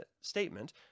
statement